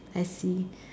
I see